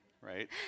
Right